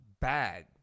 bad